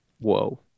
Whoa